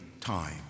time